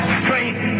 strength